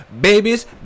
babies